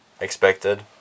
expected